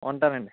ఉంటాను అండి